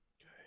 Okay